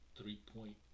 Three-point